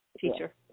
Teacher